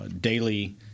daily